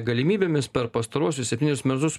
galimybėmis per pastaruosius septynerius metus